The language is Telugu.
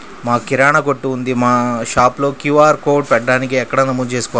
మాకు కిరాణా కొట్టు ఉంది మా షాప్లో క్యూ.ఆర్ కోడ్ పెట్టడానికి ఎక్కడ నమోదు చేసుకోవాలీ?